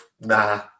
nah